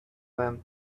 them